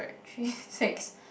three six